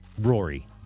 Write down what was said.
Rory